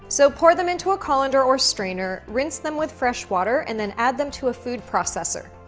so pour them into a colander or strainer, rinse them with fresh water and then add them to a food processor.